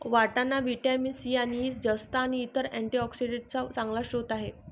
वाटाणा vitamin C आणि E, जस्त आणि इतर अँटीऑक्सिडेंट्सचा चांगला स्रोत आहे